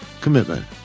commitment